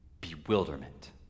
bewilderment